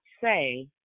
say